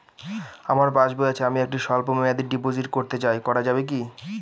আমার পাসবই আছে আমি একটি স্বল্পমেয়াদি ডিপোজিট করতে চাই করা যাবে কি?